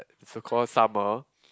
so call summer